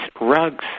rugs